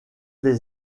les